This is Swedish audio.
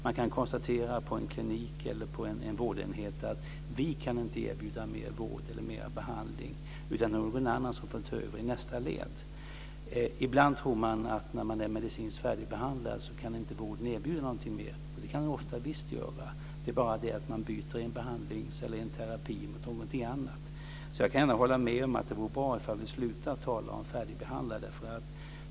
Man kan på en klinik eller en vårdenhet konstatera: Vi kan inte erbjuda mer vård eller behandling. Nu får någon annan ta över i nästa led. Ibland tror man att vården inte kan erbjuda någonting mera när man anses medicinskt färdigbehandlad. Det kan den ofta visst göra. Man kan byta behandling och sätta in terapi mot någonting annat. Jag kan hålla med om att det vore bra om vi slutade att tala om färdigbehandlade.